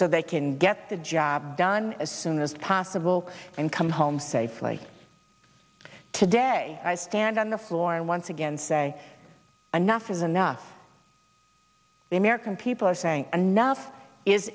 so they can get the job done as soon as possible and come home safely today i stand on the floor and once again say enough is enough the american people are saying enough is